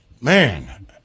man